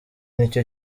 nicyo